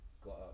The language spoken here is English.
got